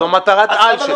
זו מטרת על שלי.